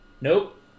Nope